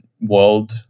world